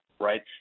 right